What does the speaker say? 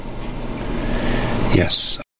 Yes